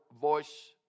voice